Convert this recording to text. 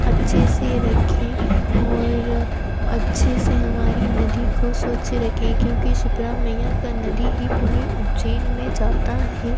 अच्छे से रखें और अच्छे से हमारी नदी को स्वच्छ रखें क्योंकि शिप्रा मैया कि नदी ही पूरे उजैन में जाता है